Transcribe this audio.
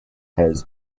has